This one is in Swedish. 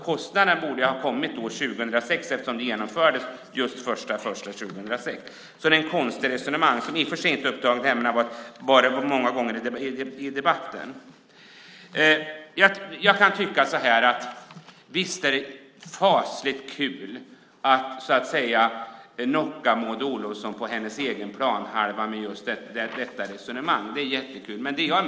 Kostnaden borde ha kommit år 2006, eftersom det infördes den 1 januari 2006. Det är ett konstigt resonemang, som det har varit många gånger i debatten. Jag kan tycka att det visst är fasligt kul att så att säga knocka Maud Olofsson på hennes egen planhalva med detta resonemang. Det är jättekul.